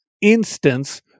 instance